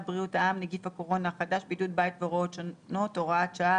בריאות העם (נגיף הקורונה החדש) (בידוד בית והוראות שונות) (הוראת שעה),